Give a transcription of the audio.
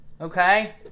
Okay